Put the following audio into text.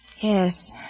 Yes